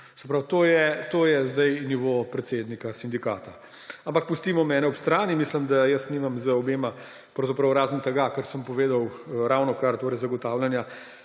Se pravi, to je sedaj nivo predsednika sindikata. Ampak pustimo mene ob strani. Mislim, da jaz nimam z obema nič, razen tega, kar sem povedal ravnokar, torej zagotavljanja